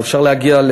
אפשר להגיע,